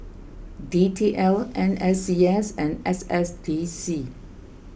D T L N S E S and S S D C